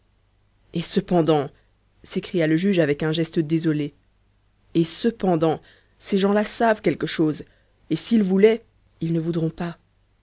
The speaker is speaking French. et cependant s'écria le juge avec un geste désolé et cependant ces gens-là savent quelque chose et s'ils voulaient ils ne voudront pas